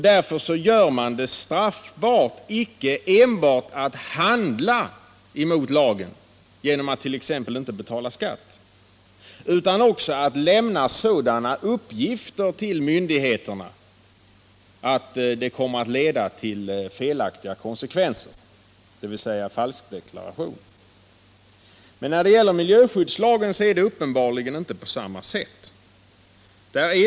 Därför gör man det straffbart, inte enbart att handla mot lagen t.ex. genom att inte betala skatt, utan också att lämna sådana uppgifter till myndigheterna som leder till felaktiga resultat, dvs. falskdeklaration. Men när det gäller miljöskyddslagen är det uppenbarligen inte på samma sätt.